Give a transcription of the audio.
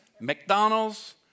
McDonald's